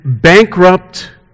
Bankrupt